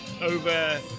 over